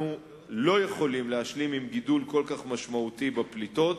אנחנו לא יכולים להשלים עם גידול כל כך משמעותי בפליטות.